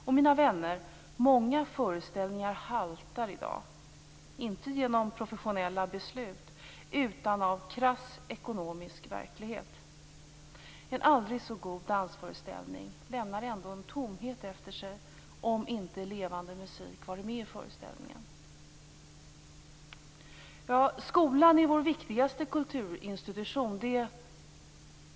Och, mina vänner, många föreställningar haltar i dag, inte genom professionella beslut utan av krass ekonomisk verklighet. En aldrig så god dansföreställning lämnar ändå en tomhet efter sig, om inte levande musik varit med i föreställningen. Skolan är vår viktigaste kulturinstitution.